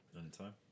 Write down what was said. anytime